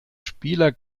spieler